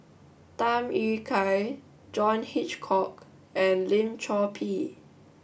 Tham Yui Kai John Hitchcock and Lim Chor Pee